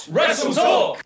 WrestleTalk